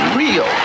real